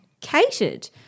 catered